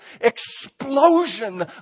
explosion